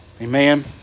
Amen